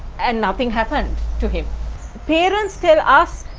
and nothing happened to him parents tell us.